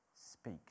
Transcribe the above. speak